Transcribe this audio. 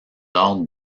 ordres